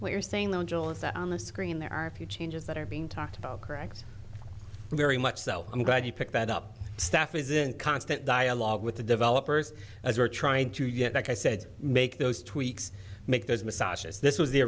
what you're saying though in general is that on the screen there are a few changes that are being talked about correct very much so i'm glad you picked that up staff is in constant dialogue with the developers as we're trying to yes like i said make those tweaks make those massages this was the